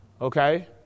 Okay